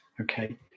okay